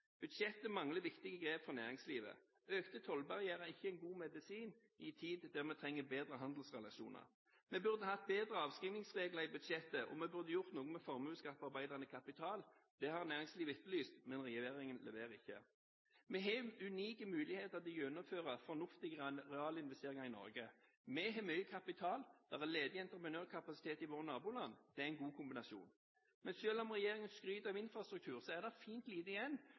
Budsjettet mangler viktige grep for næringslivet. Økte tollbarrierer er ikke en god medisin i en tid der man trenger bedre handelsrelasjoner. Vi burde hatt bedre avskrivningsregler i budsjettet, og vi burde gjort noe med formuesskatt på arbeidende kapital. Det har næringslivet etterlyst, men regjeringen leverer ikke. Vi har unike muligheter til å gjennomføre fornuftige realinvesteringer i Norge. Vi har mye kapital. Det er ledig entreprenørkapasitet i våre naboland. Det er en god kombinasjon. Men selv om regjeringen skryter av infrastruktur, er det fint lite igjen